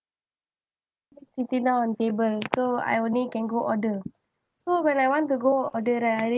sitting down on table so I only can go order so when I want to go order right